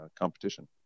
competition